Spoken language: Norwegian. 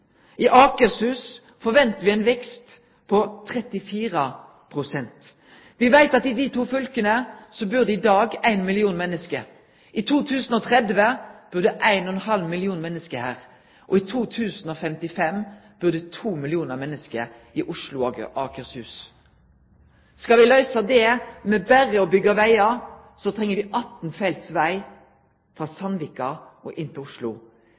I Akershus forventar me ein vekst på 34 pst. Me veit at i desse to fylka bur det i dag 1 million menneske. I 2030 vil det bu 1,5 millionar menneske her, og i 2055 vil det bu 2 millionar menneske i Oslo og Akershus. Skal me løyse det ved berre å byggje vegar, treng me 18 felts veg frå Sandvika og inn til Oslo.